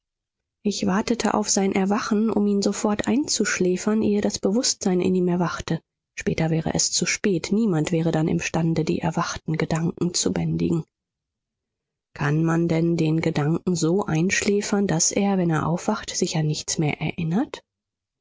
ich wartete auf sein erwachen um ihn sofort einzuschläfern ehe das bewußtsein in ihm erwachte später wäre es zu spät niemand wäre dann imstande die erwachten gedanken zu bändigen kann man denn den gedanken so einschläfern daß er wenn er aufwacht sich an nichts mehr erinnert